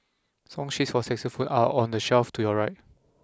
song sheets for saxophone are on the shelf to your right